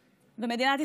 או אולי את הגנון,